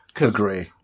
Agree